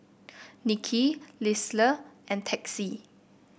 Nicki Lisle and Texie